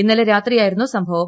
ഇന്നലെ രാത്രിയായിരുന്നു സംഭവം